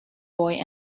boy